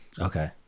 okay